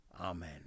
Amen